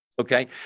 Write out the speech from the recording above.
Okay